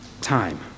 time